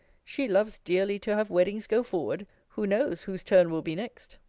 she loves dearly to have weddings go forward who knows, whose turn will be next?